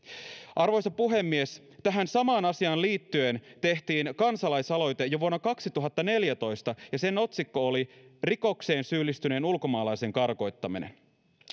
arvoisa puhemies tähän samaan asiaan liittyen tehtiin kansalaisaloite jo vuonna kaksituhattaneljätoista ja sen otsikko oli rikokseen syyllistyneen ulkomaalaisen karkoittaminen